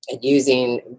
Using